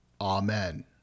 Amen